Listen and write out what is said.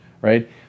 right